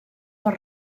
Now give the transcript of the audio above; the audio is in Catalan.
per